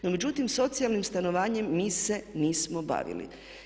No, međutim socijalnim stanovanjem mi se nismo bavili.